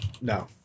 no